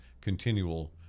continual